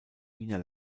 wiener